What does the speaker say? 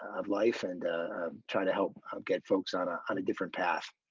of life and try to help get folks on a on a different path.